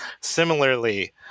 Similarly